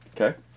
Okay